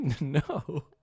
no